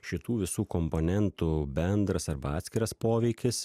šitų visų komponentų bendras arba atskiras poveikis